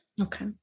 Okay